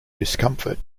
discomfort